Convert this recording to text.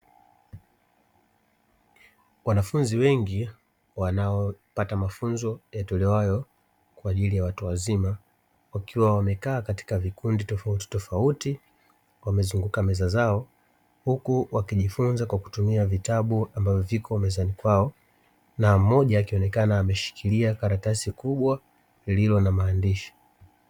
Wanafunzi wengi wanaopata mafunzo yatolewayo kwa ajili ya watu wazima ambao wamekaa katika vikundi tofautitofauti wamezunguka meza zao, huku wakijifunza kwa kutumia vitabu ambavyo viko mezani kwao, na mmoja akionekana ameshikilia karatasi kubwa lililo na maandishi.